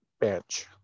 bench